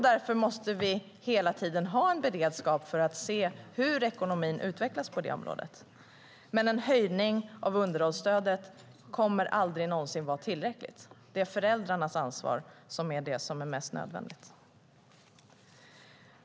Därför måste vi hela tiden ha en beredskap för att se hur ekonomin utvecklas på det området. Men en höjning av underhållsstödet kommer aldrig någonsin att vara tillräckligt. Det är föräldrarnas ansvar som är mest nödvändigt.